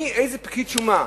מאיזה פקיד שומה